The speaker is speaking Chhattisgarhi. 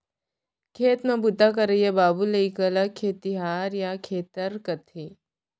खेत म बूता करइया बाबू लइका ल खेतिहार या खेतर कथें